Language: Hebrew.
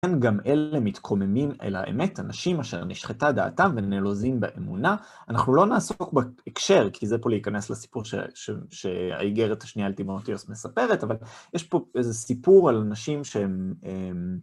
כן, גם אלה מתקוממים אל האמת, אנשים אשר נשחטה דעתם ונלוזים באמונה. אנחנו לא נעסוק בהקשר, כי זה פה להיכנס לסיפור שהאיגרת השנייה, אלתימה אותיוס, מספרת, אבל יש פה איזה סיפור על נשים שהן...